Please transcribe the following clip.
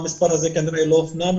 המספר הזה כנראה לא הופנם,